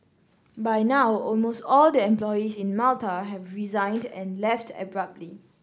by now almost all the employees in Malta have resigned and left abruptly